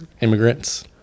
immigrants